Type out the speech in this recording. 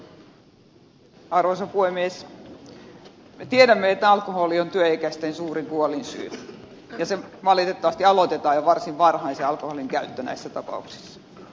me tiedämme että alkoholi on työikäisten suurin kuolinsyy ja valitettavasti aloitetaan jo varsin varhain se alkoholin käyttö näissä tapauksissa